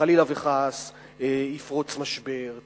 שחלילה וחס יפרוץ משבר,